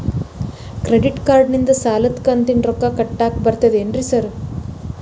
Credit ಕಾರ್ಡನಿಂದ ಸಾಲದ ಕಂತಿನ ರೊಕ್ಕಾ ಕಟ್ಟಾಕ್ ಬರ್ತಾದೇನ್ರಿ ಸಾರ್?